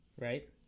Right